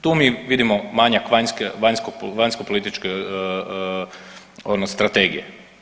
Tu mi vidimo manjak vanjskopolitičke strategije.